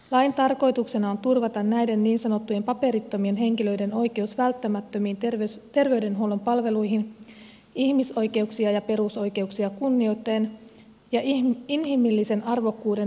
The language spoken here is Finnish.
lain tarkoituksena on turvata näiden niin sanottujen paperittomien henkilöiden oikeus välttämättömiin terveydenhuollon palveluihin ihmisoikeuksia ja perusoikeuksia kunnioittaen ja inhimillisen arvokkuuden toteuttamiseksi